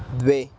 द्वे